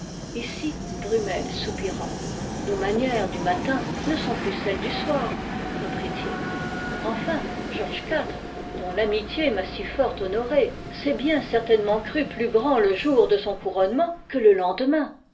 brummel soupira nos manières du matin ne sont plus celles du soir reprit-il enfin george iv dont l'amitié m'a si fort honoré s'est bien certainement cru plus grand le jour de son couronnement que le lendemain